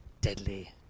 deadly